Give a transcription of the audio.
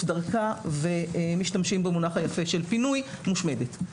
דרכה ומשתמשים במונח היפה של פינוי - מושמדת.